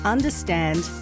Understand